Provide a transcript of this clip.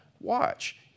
watch